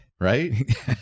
Right